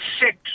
six